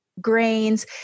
grains